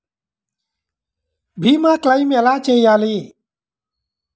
భీమ క్లెయిం ఎలా చేయాలి?